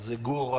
לכן גור,